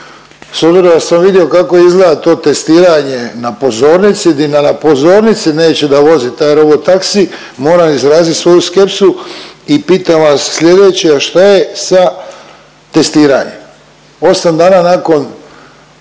s obzirom da sam vidio kako izgleda to testiranje na pozornici di na pozornici neće da vozi taj robotaksi, moram izrazit svoju skepsu i pitam vas slijedeće, a šta je sa testiranjem? 8 dana nakon